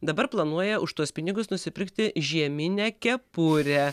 dabar planuoja už tuos pinigus nusipirkti žieminę kepurę